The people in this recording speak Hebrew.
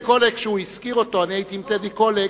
דרך אגב, מידיעה אישית, כי אני הייתי עם טדי קולק,